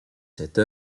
cette